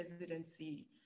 residency